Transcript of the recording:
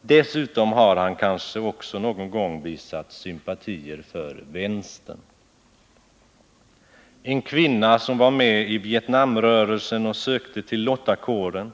Dessutom har han kanske också någon gång visat sympatier för vänstern. En kvinna som var med i Vietnamrörelsen och sökte till lottakåren